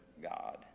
god